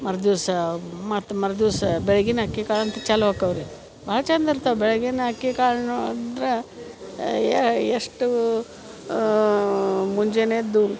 ಮರುದಿವ್ಸ ಮತ್ತು ಮರುದಿವ್ಸ ಬೆಳಿಗಿನ ಅಕ್ಕಿಕಾಳು ಅಂತೂ ಚಾಲು ಅಕ್ಕವ್ ರೀ ಭಾಳ ಚಂದ ಇರ್ತಾವೆ ಬೆಳಗಿನ ಅಕ್ಕಿಕಾಳು ನೋಡ್ದ್ರೆ ಎಷ್ಟು ಮುಂಜಾನೆ ಎದ್ದು